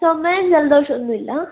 ചുമയും ജലദോഷവുമൊന്നുമില്ല